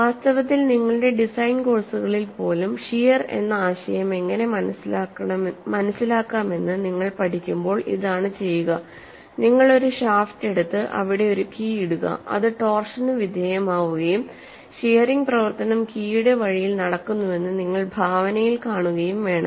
വാസ്തവത്തിൽ നിങ്ങളുടെ ഡിസൈൻ കോഴ്സുകളിൽ പോലും ഷിയർ എന്ന ആശയം എങ്ങനെ മനസിലാക്കാമെന്ന് നിങ്ങൾ പഠിക്കുമ്പോൾ ഇതാണ് ചെയ്യുക നിങ്ങൾ ഒരു ഷാഫ്റ്റ് എടുത്ത് അവിടെ ഒരു കീ ഇടുക അത് ടോർഷന് വിധേയമാവുകയും ഷിയറിങ് പ്രവർത്തനം കീയുടെ വഴിയിൽ നടക്കുന്നുവെന്ന് നിങ്ങൾ ഭാവനയിൽ കാണുകയും വേണം